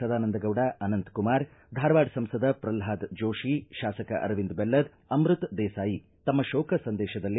ಸದಾನಂದಗೌಡ ಅನಂತಕುಮಾರ್ ಧಾರವಾಡ ಸಂಸದ ಪ್ರಲ್ವಾದ ಜೋತಿ ಶಾಸಕ ಅರವಿಂದ ಬೆಲ್ಲದ ಅಮೃತ ದೇಸಾಯಿ ತಮ್ಮ ಶೋಕ ಸಂದೇಶದಲ್ಲಿ